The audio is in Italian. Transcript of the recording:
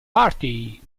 party